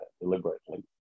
deliberately